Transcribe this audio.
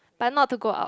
but not to go out